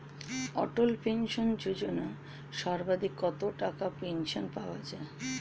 অটল pension Yojana সর্বাধিক কত টাকা করে পেনশন পাওয়া যায়?